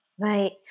Right